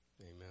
Amen